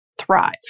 thrive